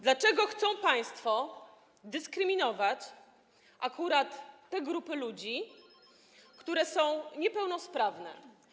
Dlaczego chcą państwo dyskryminować akurat te grupy ludzi, którzy są niepełnosprawni?